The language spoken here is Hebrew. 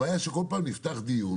הבעיה היא שכל פעם נפתח דיון